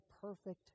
perfect